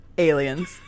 aliens